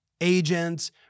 agents